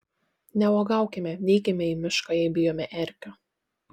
neuogaukime neikime į mišką jei bijome erkių